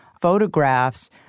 photographs